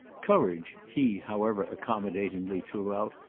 courage, he, however, accommodatingly threw out,